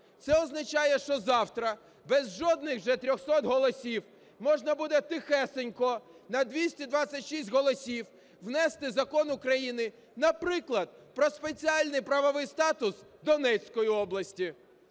Це означає, що завтра без жодних вже 300 голосів можна буде тихесенько на 226 голосів внести закон України, наприклад, про спеціальний правовий статус Донецької області,